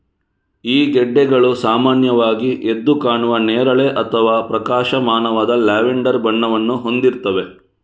ಈ ಗೆಡ್ಡೆಗಳು ಸಾಮಾನ್ಯವಾಗಿ ಎದ್ದು ಕಾಣುವ ನೇರಳೆ ಅಥವಾ ಪ್ರಕಾಶಮಾನವಾದ ಲ್ಯಾವೆಂಡರ್ ಬಣ್ಣವನ್ನು ಹೊಂದಿರ್ತವೆ